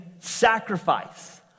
sacrifice